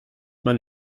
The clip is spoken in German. man